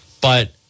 but-